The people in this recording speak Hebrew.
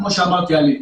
כמו שאמרתי.